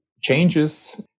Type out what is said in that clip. changes